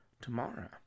tomorrow